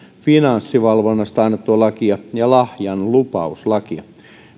finanssivalvonnasta annettua lakia ja lahjanlupauslakia